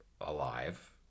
alive